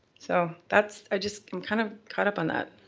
so, that's i just, i'm kind of caught up on that.